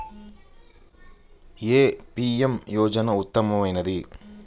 ఏ PM యోజన ఉత్తమమైనది?